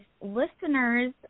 listeners